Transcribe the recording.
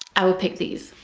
i would pick these.